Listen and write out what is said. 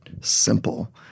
simple